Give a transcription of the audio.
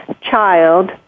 child